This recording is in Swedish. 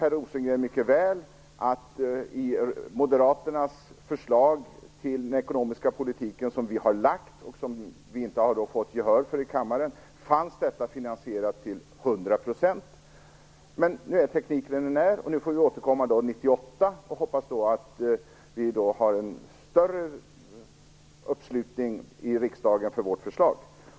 Per Rosengren vet mycket väl att i moderaternas förslag om ekonomisk politik som vi har lagt fram och som vi inte har fått gehör för i kammaren var detta finansierat till hundra procent. Men nu är tekniken som den är. Vi får återkomma 1998. Vi hoppas att det då finns en större uppslutning i riksdagen för vårt förslag.